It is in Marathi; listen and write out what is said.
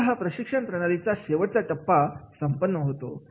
असा हा प्रशिक्षण प्रणालीचा शेवटचा टप्पा संपन्न होतो